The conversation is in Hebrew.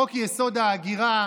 חוק-יסוד: ההגירה,